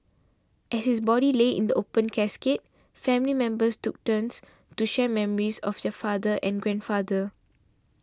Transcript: as his body lay in the open casket family members took turns to share memories of their father and grandfather